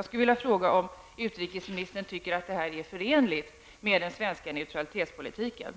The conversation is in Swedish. Tycker utrikesministern att detta är förenligt med den svenska neutralitetspolitiken?